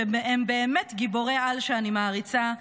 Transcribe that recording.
שהם באמת גיבורי-על שאני מעריצה,